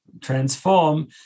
transform